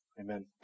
Amen